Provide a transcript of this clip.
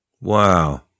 Wow